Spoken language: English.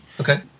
Okay